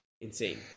insane